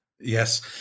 Yes